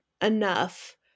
enough